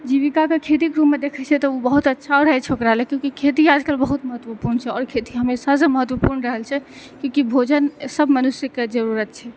जीविका के खेती के रूप मे देखै छै तऽ ओ बहुत अच्छा रहै छै ओकरा लेल कियाकि खेती आजकल बहुत महत्वपूर्ण छै आओर खेती हमेशा सँ महत्वपूर्ण रहल छै कियाकि भोजन सब मनुष्य के जरुरत छै